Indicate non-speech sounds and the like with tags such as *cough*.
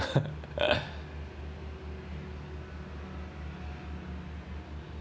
*laughs*